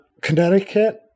Connecticut